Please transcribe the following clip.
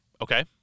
Okay